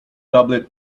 tablet